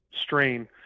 strain